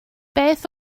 beth